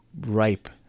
ripe